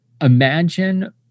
Imagine